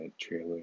trailer